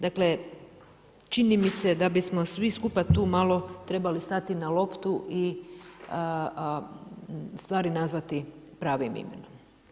Dakle, čini mi se da bismo svi skupa tu malo trebali stati na loptu i stvari nazvati pravim imenom.